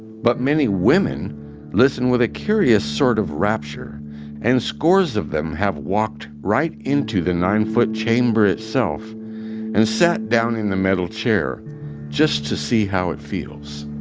but many women listen with a curious sort of rapture and scores of them have walked right into the nine-foot chamber itself and sat down in the metal chair just to see how it feels